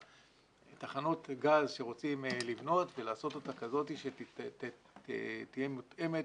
תחנות הגז שרוצים לבנות ולעשות אותה כזאת שתהיה מותאמת